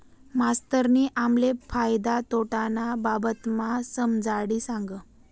मास्तरनी आम्हले फायदा तोटाना बाबतमा समजाडी सांगं